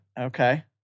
Okay